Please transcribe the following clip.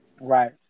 Right